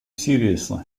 seriously